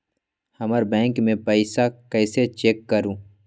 हमर बैंक में पईसा कईसे चेक करु?